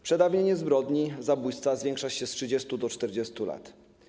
Przedawnienie zbrodni zabójstwa zwiększa się z 30 do 40 lat.